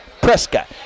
Prescott